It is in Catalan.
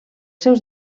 seus